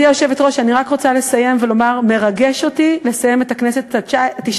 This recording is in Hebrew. אני רוצה להודות לחברת הכנסת פנינה תמנו-שטה,